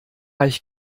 ich